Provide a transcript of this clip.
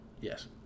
yes